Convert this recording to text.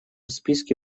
списке